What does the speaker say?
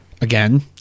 Again